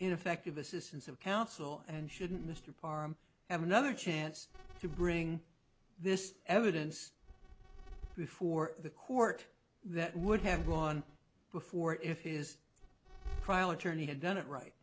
ineffective assistance of counsel and shouldn't mr parm have another chance to bring this evidence before the court that would have gone before if his trial attorney had done it right